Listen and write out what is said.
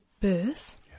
birth